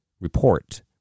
report